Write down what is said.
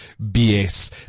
BS